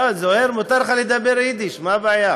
לא, זוהיר, מותר לך לדבר ביידיש, מה הבעיה?